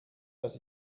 dass